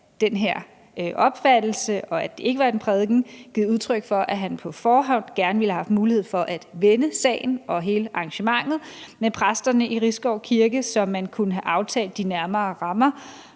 af den her opfattelse af, at det ikke var en prædiken, givet udtryk for, at han på forhånd gerne ville have haft mulighed for at vende sagen og hele arrangementet med præsterne i Risskov Kirke, så man kunne have aftalt de nærmere rammer